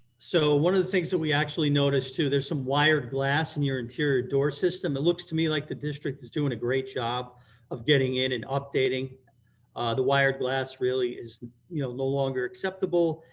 so one of the things that we actually noticed too, there's some wired glass in your interior door system, it looks to me like the district is doing a great job of getting in and updating the wire glass really is you know no longer acceptable.